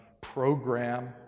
program